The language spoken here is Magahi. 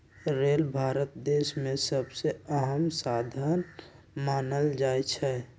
रेल भारत देश में सबसे अहम साधन मानल जाई छई